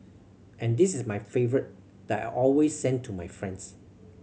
and this is my favourite that I always send to my friends